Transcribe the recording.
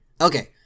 Okay